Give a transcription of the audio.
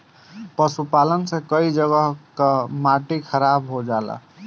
पशुपालन से कई जगह कअ माटी खराब हो जाला